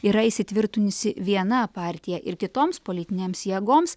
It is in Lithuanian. yra įsitvirtinusi viena partija ir kitoms politinėms jėgoms